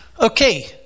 Okay